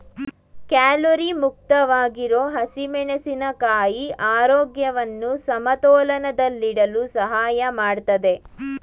calorie ಮುಕ್ತವಾಗಿರೋ ಹಸಿಮೆಣಸಿನ ಕಾಯಿ ಆರೋಗ್ಯವನ್ನು ಸಮತೋಲನದಲ್ಲಿಡಲು ಸಹಾಯ ಮಾಡ್ತದೆ